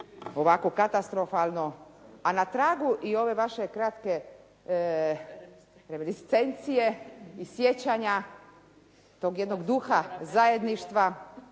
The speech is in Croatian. ovako katastrofalno. A na tragu i ove vaše kratke liscenije i sjećanja tog jednog duha zajedništva